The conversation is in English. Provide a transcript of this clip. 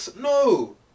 No